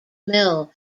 mill